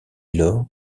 lors